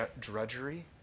drudgery